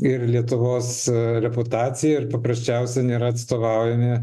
ir lietuvos reputacija ir paprasčiausiai nėra atstovaujami